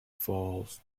falls